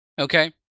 okay